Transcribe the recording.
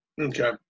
Okay